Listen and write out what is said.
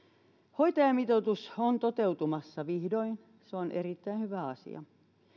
hoitajamitoitus on toteutumassa vihdoin se on erittäin hyvä asia